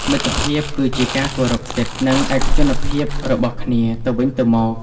មិត្តភាពគឺជាការគោរពសិទ្ធិ និងឯកជនភាពរបស់គ្នាទៅវិញទៅមក។